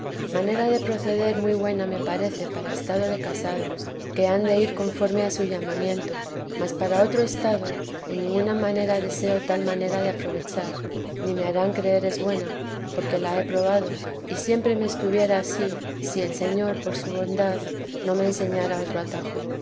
manera de proceder muy buena me parece para estado de casados que han de ir conforme a su llamamiento mas para otro estado en ninguna manera deseo tal manera de aprovechar ni me harán creer es buena porque la he probado y siempre me estuviera ansí si el señor por su bondad no me enseñara otro atajo